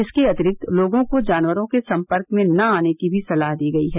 इसके अंतिरिक्त लोगों को जानवरों के सम्पर्क में न आने की भी सलाह दी गयी है